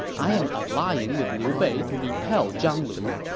i am allying with liu bei to repel zhang lu.